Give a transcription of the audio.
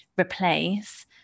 replace